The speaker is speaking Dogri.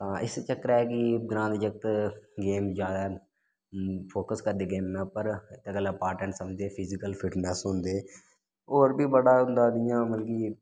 हां इस चक्करै गी ग्रांऽ दे जागत गेम ज्यादा फोक्स करदे गेम पर इस गल्लां इंपॉटेंटस समझदे फिजिकल फिटनेस होंदे होर बी बड़ा होंदा इ'यां मतलब कि